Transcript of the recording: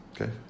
Okay